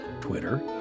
twitter